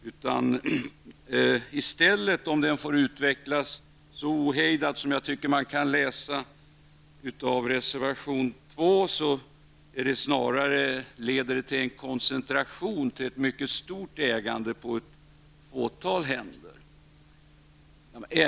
Om den i stället får utvecklas så ohejdat som jag tycker man kan utläsa av reservation 2, leder det till ett mycket stort ägande på ett fåtal händer.